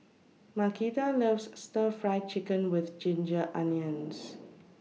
Markita loves Stir Fry Chicken with Ginger Onions